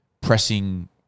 pressing